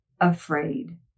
afraid